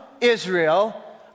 Israel